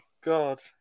God